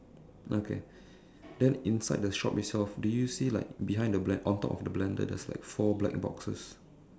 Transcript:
okay then inside the shop itself do you see like behind the blend~ on top of the blender there's like four black boxes